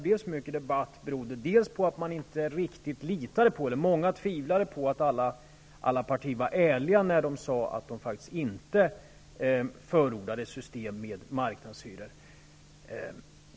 Jag tror att ett skäl var att många tvivlade på att alla partier var ärliga när de sade att de inte förordade ett system med marknadshyror.